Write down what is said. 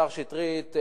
השר שטרית,